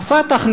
ה"פתח",